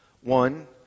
One